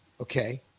Okay